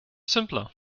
simpler